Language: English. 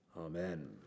Amen